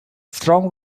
strong